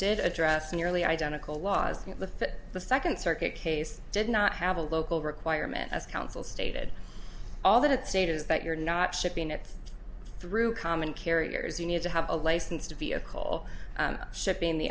did address nearly identical laws that the second circuit case did not have a local requirement as council stated all that it stated is that you're not shipping it through common carriers you need to have a license to vehicle shipping the